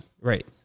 Right